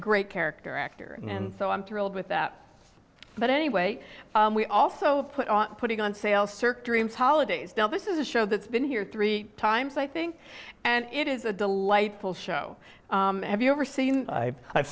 great character actor and so i'm thrilled with that but anyway we also put on putting on sale cirque dreams holidays this is a show that's been here three times i think and it is a delightful show have you ever seen i've